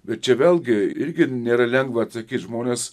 bet čia vėlgi irgi nėra lengva atsakyt žmonės